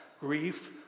grief